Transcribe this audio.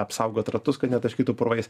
apsaugot ratus kad netaškytų purvais